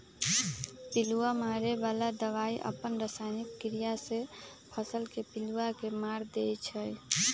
पिलुआ मारे बला दवाई अप्पन रसायनिक क्रिया से फसल के पिलुआ के मार देइ छइ